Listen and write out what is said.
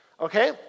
okay